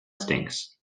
stinks